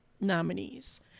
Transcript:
nominees